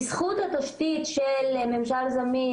בזכות התשתית של ממשל זמין,